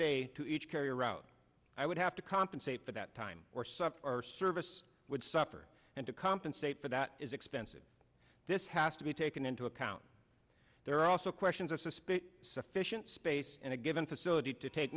day to each carrier out i would have to compensate for that time or suffer or service would suffer and to compensate for that is expensive this has to be taken into account there are also questions of suspicion sufficient space in a given facility to take